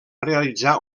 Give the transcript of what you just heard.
realitzar